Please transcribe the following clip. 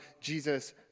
Jesus